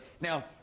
Now